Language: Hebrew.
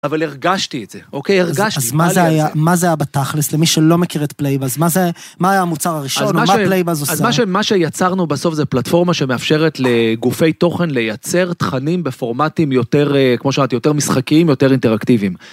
אבל הרגשתי את זה, אוקיי, הרגשתי. אז, אז מה זה היה, מה זה הבתכלס למי שלא מכיר את פלייבאז? מה זה, מה המוצר הראשון, או מה פלייבאז עושה? אז מה ש, מה שיצרנו בסוף זה פלטפורמה שמאפשרת לגופי תוכן לייצר תכנים בפורמטים יותר, כמו שאמרתי, יותר משחקיים, יותר אינטראקטיביים.